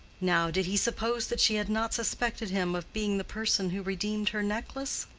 now, did he suppose that she had not suspected him of being the person who redeemed her necklace?